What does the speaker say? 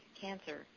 cancer